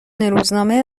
روزنامه